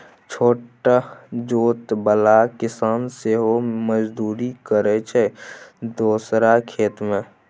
छोट जोत बला किसान सेहो मजदुरी करय छै दोसरा खेत मे